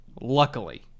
Luckily